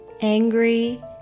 angry